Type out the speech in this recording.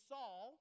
Saul